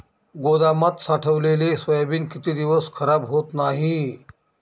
गोदामात साठवलेले सोयाबीन किती दिवस खराब होत नाही?